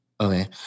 Okay